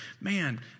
man